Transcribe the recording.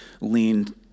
lean